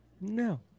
No